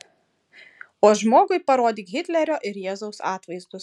o žmogui parodyk hitlerio ir jėzaus atvaizdus